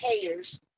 payers